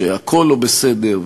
שהכול לא בסדר,